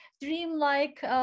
dreamlike